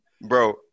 Bro